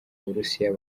burusiya